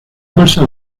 bolsas